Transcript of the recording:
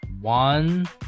one